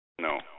No